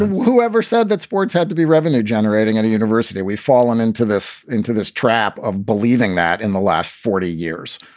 whoever said that sports had to be revenue generating at a university, we've fallen into this into this trap of believing that in the last forty years.